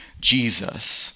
Jesus